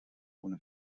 ohne